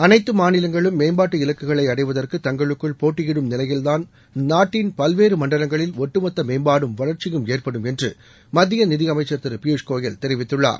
அனைத்து மாநிலங்களும் மேம்பாட்டு இலக்குகளை அடைவதற்கு தங்களுக்குள் போட்டியிடும் நிலையில்தான் நாட்டின் பல்வேறு மண்டலங்களில் ஒட்டுமொத்த மேம்பாடும் வளர்ச்சியும் ஏற்படும் என்று மத்திய நிதியமைச்சர் திரு பியூஷ் கோயல் தெரிவித்துள்ளார்